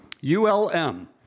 U-L-M